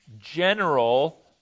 general